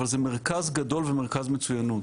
אבל זה מרכז גדול ומרכז מצוינות,